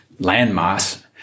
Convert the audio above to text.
landmass